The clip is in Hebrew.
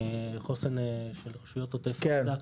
חוסן של רשויות עוטף עזה,